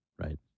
Right